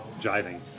driving